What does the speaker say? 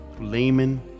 laymen